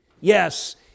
Yes